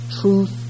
truth